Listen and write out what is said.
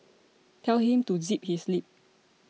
tell him to zip his lip